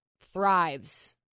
thrives